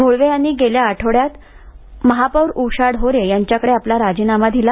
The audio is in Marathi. घोळवे यांनी गेल्या आठवड्यात महापौर उषा ढोरे यांच्या कडे आपला राजीनामा दिला